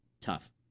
Tough